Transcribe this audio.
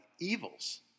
evils